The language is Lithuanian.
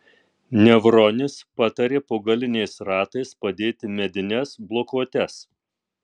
nevronis patarė po galiniais ratais padėti medines blokuotes